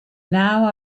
now